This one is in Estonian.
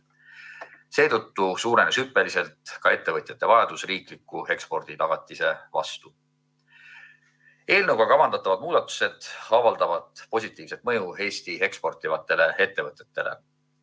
Seetõttu suurenes hüppeliselt ka ettevõtjate vajadus riikliku eksporditagatise järele. Eelnõuga kavandatavad muudatused avaldavad positiivset mõju Eesti eksportivatele ettevõtjatele.